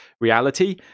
reality